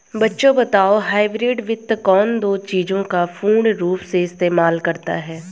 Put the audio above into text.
बच्चों बताओ हाइब्रिड वित्त किन दो चीजों का पूर्ण रूप से इस्तेमाल करता है?